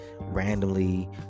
randomly